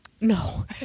No